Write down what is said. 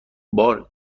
بار